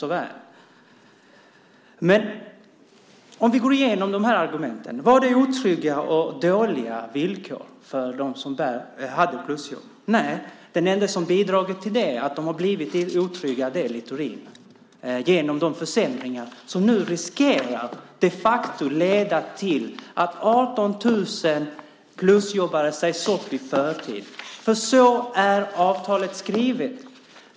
Men om vi går igenom argumenten är frågan: Var det otrygga och dåliga villkor för dem som hade plusjobb? Nej, den ende som bidragit till att de blivit otrygga är Littorin genom att införa försämringar som riskerar att leda till att 18 000 plusjobbare sägs upp i förtid. Så är nämligen avtalet skrivet.